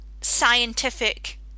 scientific